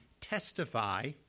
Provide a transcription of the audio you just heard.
testify